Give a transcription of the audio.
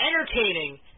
entertaining